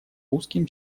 узким